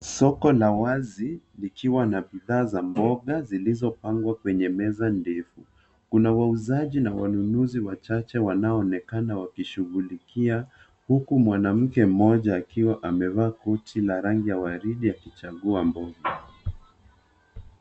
Soko la wazi likiwa na bidhaa za mboga zilizopangwa kwenye meza ndefu. Kuna wauzaji na wanunuzi wachache wanaoonekana wakishughulikia, huku mwanamke mmoja akiwa amevaa koti la rangi ya waridi akichagua mboga.